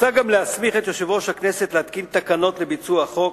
מוצע גם להסמיך את יושב-ראש הכנסת להתקין תקנות לביצוע החוק,